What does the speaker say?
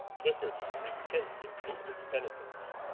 clifford, repent in bootlesse penitence